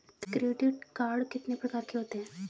Credit card कितने प्रकार के होते हैं?